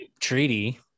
treaty